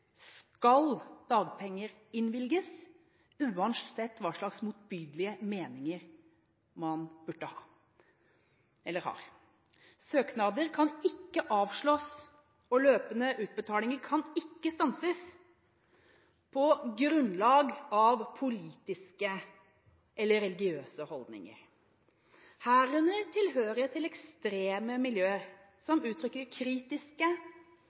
skal dagpenger innvilges uansett hvilke motbydelige meninger man har. Søknader kan ikke avslås, og løpende utbetalinger kan ikke stanses på grunnlag av politiske eller religiøse holdninger, herunder tilhørighet til ekstreme miljøer som uttrykker kritiske,